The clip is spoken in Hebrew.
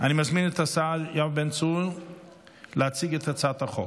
אני מזמין את השר יואב בן צור להציג את הצעת החוק.